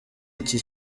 iki